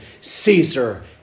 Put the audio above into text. Caesar